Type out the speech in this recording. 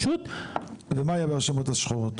ומה יהיה ברשימות השחורות?